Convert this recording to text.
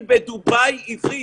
בדובאי אין עברית,